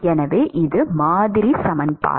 எனவே இது மாதிரி சமன்பாடு